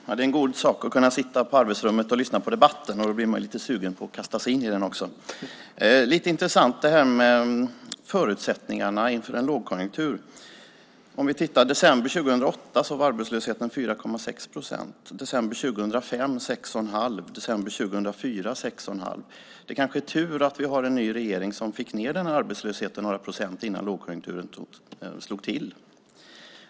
Fru talman! Det är en god sak att kunna sitta på arbetsrummet och lyssna på debatten. Då blir man lite sugen på att kasta sig in i den också. Det är lite intressant det här med förutsättningarna inför en lågkonjunktur. Arbetslösheten var 4,6 procent i december 2008, 6,5 procent i december 2005, 6,5 procent i december 2004. Det kanske är tur att vi har en ny regering som fick ned arbetslösheten några procent innan lågkonjunkturen slog till.